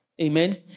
Amen